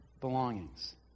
belongings